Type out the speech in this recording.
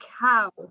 cow